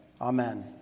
Amen